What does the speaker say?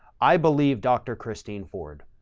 i believe dr. christine ford,